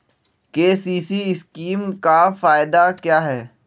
KCC scheme का फायदा क्या है?